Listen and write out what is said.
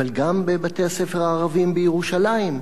אבל גם בבתי-הספר הערביים בירושלים,